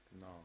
No